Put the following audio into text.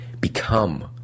become